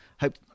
Hope